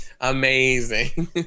Amazing